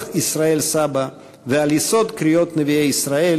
ישראל סבא ועל יסוד קריאות נביאי ישראל,